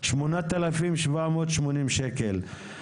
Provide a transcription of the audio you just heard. שמונת אלפים שבע מאות שמונים שקל.